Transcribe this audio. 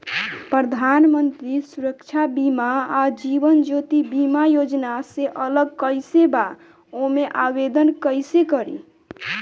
प्रधानमंत्री सुरक्षा बीमा आ जीवन ज्योति बीमा योजना से अलग कईसे बा ओमे आवदेन कईसे करी?